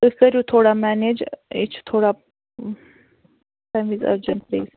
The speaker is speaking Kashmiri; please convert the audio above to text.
تُہۍ کٔرِو تھوڑا مَنیج یہِ چھِ تھوڑا تَمہِ وِز أرجَنٛٹ پُلیٖز